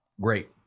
great